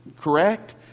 correct